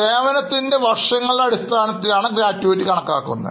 സേവനത്തിൻറെ വർഷങ്ങളുടെ അടിസ്ഥാനത്തിൽ ആണ് ഗ്രാറ്റിവിറ്റി കണക്കാക്കുന്നത്